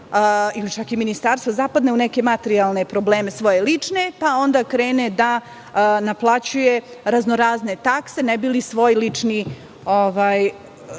ili čak i ministarstvo, zapadne u neke materijalne probleme svoje lične, pa onda krene da naplaćuje raznorazne takse, ne bi li svoj lični